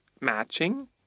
matching